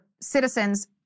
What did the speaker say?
citizens